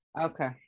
Okay